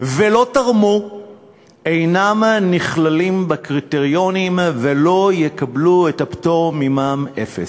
ולא תרמו אינם נכללים בקריטריונים ולא יקבלו את הפטור ממע"מ אפס.